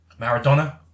Maradona